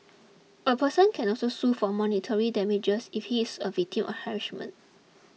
a person can also sue for monetary damages if he is a victim of harassment